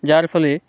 যার ফলে